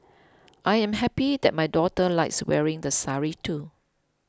I am happy that my daughter likes wearing the sari too